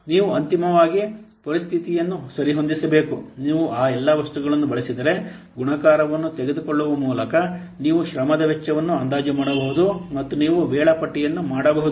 ನೀವು ಅಂತಿಮವಾಗಿ ಪರಿಸ್ಥಿತಿಯನ್ನು ಸರಿಹೊಂದಿಸಬೇಕು ನೀವು ಆ ಎಲ್ಲ ವಸ್ತುಗಳನ್ನು ಬಳಸಿದರೆ ಗುಣಾಕಾರವನ್ನು ತೆಗೆದುಕೊಳ್ಳುವ ಮೂಲಕ ನೀವು ಶ್ರಮದ ವೆಚ್ಚವನ್ನು ಅಂದಾಜು ಮಾಡಬಹುದು ಮತ್ತು ನೀವು ವೇಳಾಪಟ್ಟಿಯನ್ನು ಮಾಡಬಹುದು